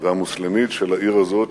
והמוסלמית של העיר הזאת,